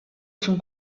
son